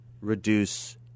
reduce